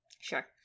Sure